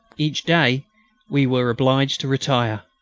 each day we were obliged to retire.